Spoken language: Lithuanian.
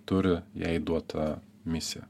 turi jai duotą misiją